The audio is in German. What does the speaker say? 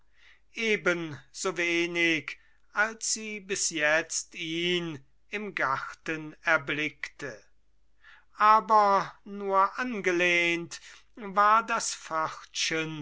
da ebensowenig als sie bis jetzt ihn im garten erblickte aber nur angelehnt war das